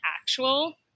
actual